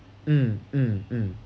mm mm mm